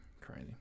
Crazy